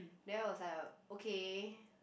then I was like okay